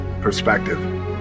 perspective